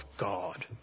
God